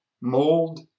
mold